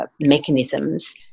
mechanisms